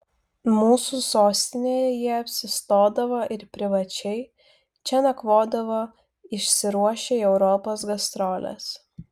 mūsų sostinėje jie apsistodavo ir privačiai čia nakvodavo išsiruošę į europos gastroles